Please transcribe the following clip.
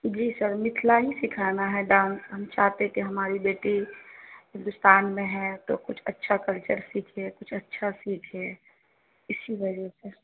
جی sir Mithila ہی سکھانا ہے ڈانس ہم چاہتے کہ ہماری بیٹی ہندوستان میں ہے تو کچھ اچھا کلچر سیکھے کچھ اچھا سیکھے اسی وجہ سے